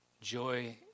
joy